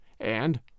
And